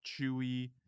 chewy